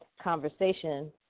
conversation